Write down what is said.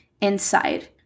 inside